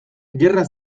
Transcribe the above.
gerra